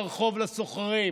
לסוחרים?